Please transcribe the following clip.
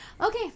Okay